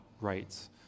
rights